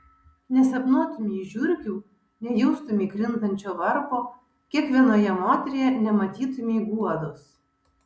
nesapnuotumei žiurkių nejaustumei krintančio varpo kiekvienoje moteryje nematytumei guodos